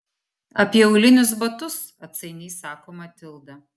apie aulinius batus atsainiai sako matilda